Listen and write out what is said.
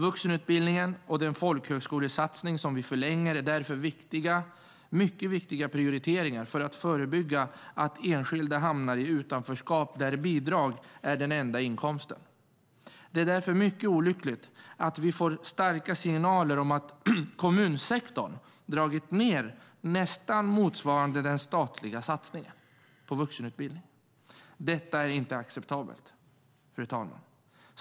Vuxenutbildningen och den folkhögskolesatsning som vi förlänger är därför mycket viktiga prioriteringar för att förebygga att enskilda hamnar i utanförskap där bidrag är den enda inkomsten. Det är därför mycket olyckligt att vi får starka signaler om att kommunsektorn dragit ned motsvarande nästan hela den statliga satsningen på vuxenutbildning. Det är inte acceptabelt, fru talman.